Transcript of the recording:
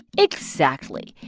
exactly.